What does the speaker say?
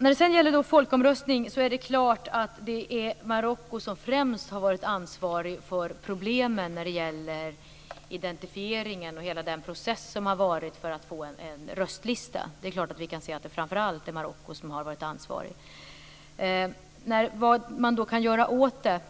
När det sedan gäller folkomröstning är det klart att det är framför allt Marocko som har varit ansvarigt för problemen med identifieringen och hela processen med att få en röstlista. Vad kan man då göra åt detta?